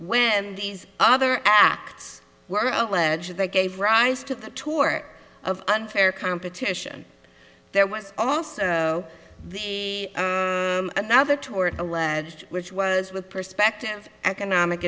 when these other acts were alleged they gave rise to the tour of unfair competition there was also another tour alleged which was with perspective economic